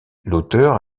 l’auteur